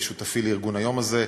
שותפי לארגון היום הזה,